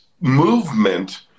movement